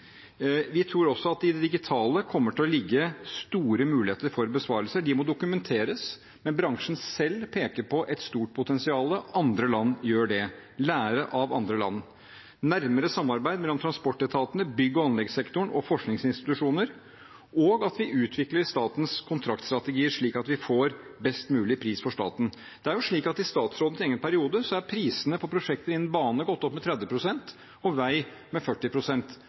Vi tror også at det i digitalisering kommer til å ligge store muligheter for besparelser. De må dokumenteres, men bransjen selv peker på et stort potensial. Andre land gjør det, og vi må lære av andre land. Vi må ha et nærmere samarbeid mellom transportetatene, bygg- og anleggssektoren og forskningsinstitusjoner. Og vi må utvikle statens kontraktstrategier, slik at vi får best mulig pris for staten. I statsrådens egen periode har prisene på prosjekter innen bane gått opp med 30 pst. og innen vei med